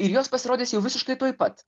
ir jos pasirodys jau visiškai tuoj pat